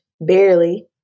barely